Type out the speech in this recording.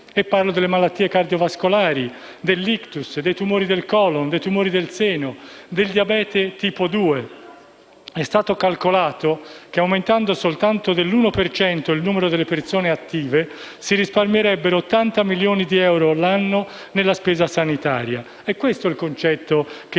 parlo delle malattie cardiovascolari, dell'ictus, dei tumori del colon, dei tumori del seno e del diabete di tipo 2. È stato calcolato che, aumentando soltanto dell'1 per cento il numero delle persone attive, si risparmierebbero 80 milioni di euro l'anno di spesa sanitaria. È questo il concetto che voglio far